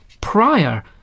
prior